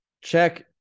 check